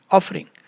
Offering